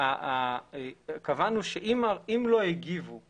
קבענו שאם לא הגיבו